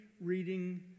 reading